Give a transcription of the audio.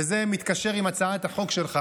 וזה מתקשר עם הצעת החוק שלך,